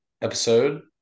episode